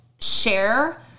share